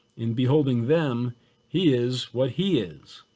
in beholding them he is what he is.